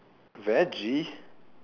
veggie